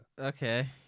Okay